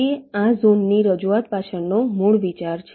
તે આ ઝોનની રજૂઆત પાછળનો મૂળ વિચાર છે